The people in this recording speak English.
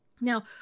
Now